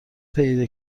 پیدا